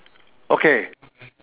okay